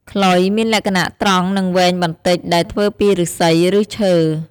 ខ្លុយ មានលក្ខណៈត្រង់និងវែងបន្តិច ដែលធ្វើពីឫស្សី ឬឈើ។